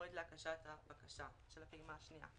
המועד להגשת הבקשה של הפעימה השנייה.